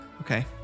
Okay